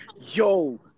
Yo